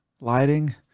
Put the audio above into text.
lighting